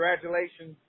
Congratulations